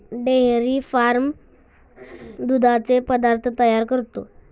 dairy farm दुधाचे पदार्थ तयार करतो